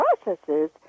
processes